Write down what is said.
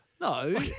No